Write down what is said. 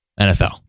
NFL